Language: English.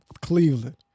Cleveland